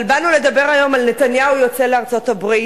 אבל באנו לדבר היום על נתניהו יוצא לארצות-הברית.